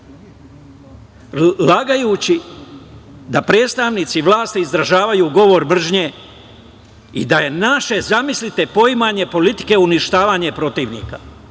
lažući da predstavnici vlasti izražavaju govor mržnje i da je naše, zamislite, poimanje politike uništavanje protivnika.